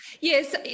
Yes